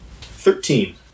Thirteen